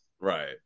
Right